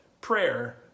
prayer